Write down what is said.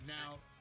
Now